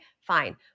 fine